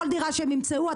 כל דירה שהם ימצאו,